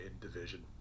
division